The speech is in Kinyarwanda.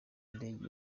ndege